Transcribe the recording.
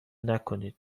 نکنید